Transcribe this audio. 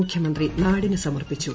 മുഖ്യമന്ത്രി നാടിന് സമർപ്പിച്ചു